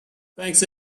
thanks